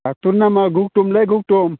डाक्टरनि नामा गौतमलै गौतम